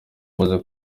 maze